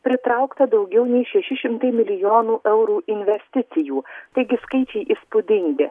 pritraukta daugiau nei šeši šimtai milijonų eurų investicijų taigi skaičiai įspūdingi